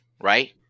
right